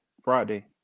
Friday